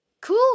Cool